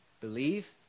Believe